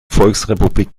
volksrepublik